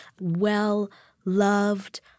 Well-loved